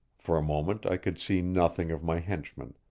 for a moment i could see nothing of my henchman,